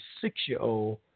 six-year-old